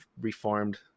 reformed